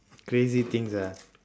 crazy things ah